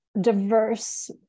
diverse